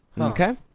Okay